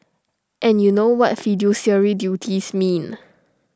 and you know what fiduciary duties mean